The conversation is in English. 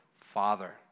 Father